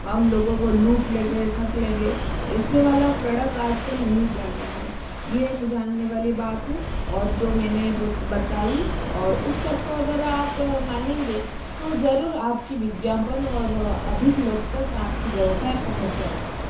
हम लोगों को लूट लेंगें ठग लेंगे ऐसे वाला प्रडक्ट आजकल नहीं चल रहा है ये एक जानने वाली बात है और जो मैंने वो बताई और उस सबको अगर आप मानेंगे तो ज़रूर आपकी विज्ञापन और अधिक लोग तक आपकी व्यवसाय पहुंच जाएगी